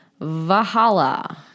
Vahala